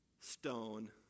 stone